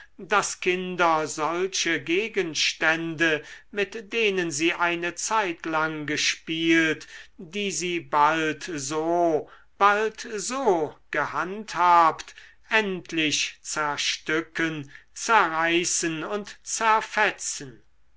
daß kinder solche gegenstände mit denen sie eine zeitlang gespielt die sie bald so bald so gehandhabt endlich zerstücken zerreißen und zerfetzen